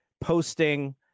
posting